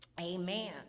Amen